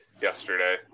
yesterday